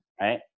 Right